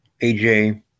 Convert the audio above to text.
AJ